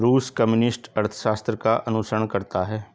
रूस कम्युनिस्ट अर्थशास्त्र का अनुसरण करता है